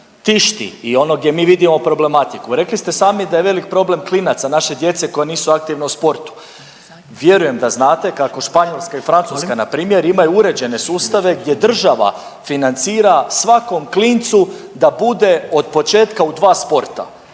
tišti i ono gdje mi vidimo problematiku. Rekli ste sami da je velik problem klinaca, naše djece koja nisu aktivno u sportu. Vjerujem da znate kako Španjolska i Francuska npr. imaju uređene sustave gdje država financira svakom klincu da bude od početka u dva sporta.